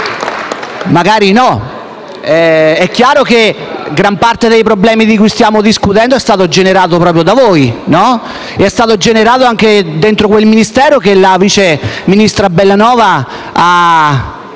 M5S)*. È chiaro che gran parte dei problemi di cui stiamo discutendo è stato generato proprio da voi. È stato generato anche all'interno del Ministero dove la vice ministro Bellanova ha